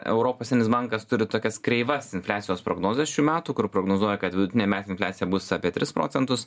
europos bankas turi tokias kreivas infliacijos prognozes šių metų kur prognozuoja kad vidutinė metinė infliacija bus apie tris procentus